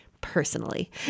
personally